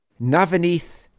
Navaneeth